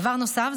דבר נוסף,